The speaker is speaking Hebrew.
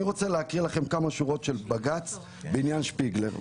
אני רוצה להקריא לכם כמה שורות של בג"צ בעניין שפיגלר,